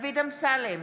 דוד אמסלם,